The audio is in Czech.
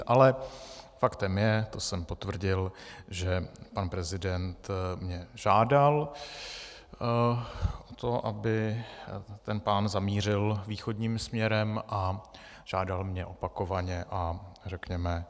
Ale faktem je, to jsem potvrdil, že pan prezident mě žádal o to, aby ten pán zamířil východním směrem, a žádal mě opakovaně a řekněme důrazně.